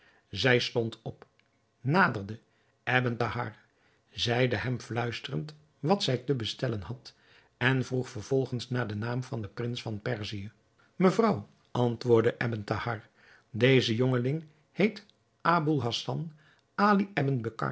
zij stond op naderde ebn thahar zeide hem fluisterend wat zij te bestellen had en vroeg vervolgens naar den naam van den prins van perzië mevrouw antwoordde ebn thahar deze jongeling heet aboul hassan